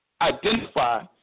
identify